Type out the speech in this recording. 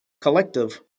collective